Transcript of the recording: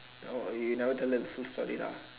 oh you never tell them the full story lah